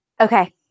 Okay